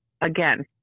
again